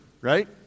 right